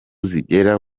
zigera